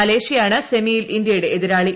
മലേഷ്യയാണ് സെമിയിൽ ഇന്ത്യയുടെ എതിരാളി